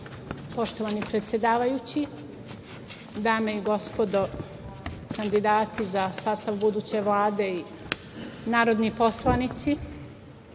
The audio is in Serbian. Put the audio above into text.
Poštovani predsedavajući, dame i gospodo, kandidati za sastav buduće Vlade i narodni poslanici